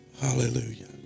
Hallelujah